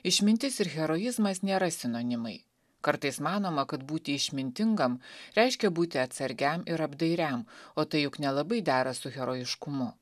išmintis ir heroizmas nėra sinonimai kartais manoma kad būti išmintingam reiškia būti atsargiam ir apdairiam o tai juk nelabai dera su herojiškumu